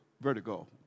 vertigo